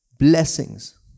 Blessings